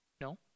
No